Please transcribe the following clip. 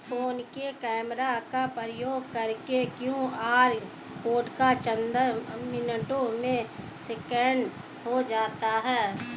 phone के camera का प्रयोग करके क्यू.आर कोड चंद मिनटों में स्कैन हो जाता है